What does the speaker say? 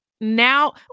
now